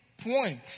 point